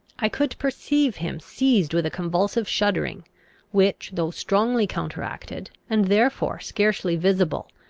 i could perceive him seized with a convulsive shuddering which, though strongly counteracted, and therefore scarcely visible,